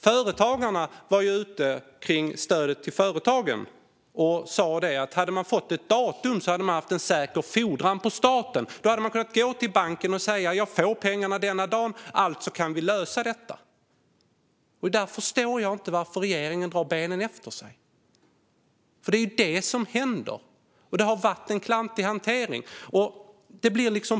Företagarna sa om stödet till företagen att hade man fått ett datum hade man haft en säker fordran på staten. Då hade man kunnat gå till banken och säga: Jag får pengarna den dagen, alltså kan vi lösa detta. Jag förstår inte varför regeringen drar benen efter sig. Det är ju det som händer. Det har varit en klantig hantering.